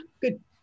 Good